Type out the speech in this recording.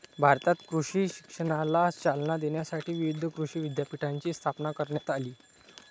भारतात कृषी शिक्षणाला चालना देण्यासाठी विविध कृषी विद्यापीठांची स्थापना करण्यात आली